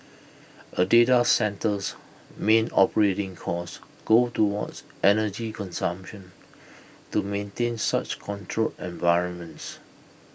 A data centre's main operating costs go towards energy consumption to maintain such controlled environments